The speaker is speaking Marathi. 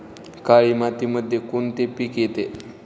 काळी मातीमध्ये कोणते पिके येते?